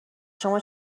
شما